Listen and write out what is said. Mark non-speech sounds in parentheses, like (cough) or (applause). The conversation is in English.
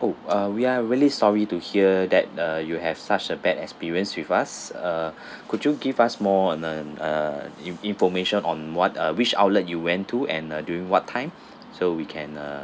oh uh ah we are really sorry to hear that uh you have such a bad experience with us uh (breath) could you give us more on on uh in~ information on what uh which outlet you went to and during what time (breath) so we can uh